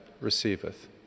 receiveth